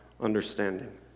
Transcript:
understanding